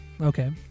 Okay